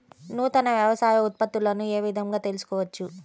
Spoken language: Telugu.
నూతన వ్యవసాయ ఉత్పత్తులను ఏ విధంగా తెలుసుకోవచ్చు?